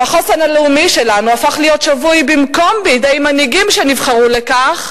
והחוסן הלאומי שלנו הפך להיות שבוי במקום בידי מנהיגים שנבחרו לכך,